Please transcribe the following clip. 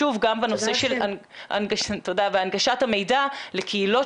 שוב גם בנושא של הנגשת המידע לקהילות